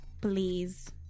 Please